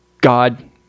God